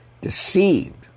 deceived